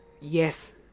Yes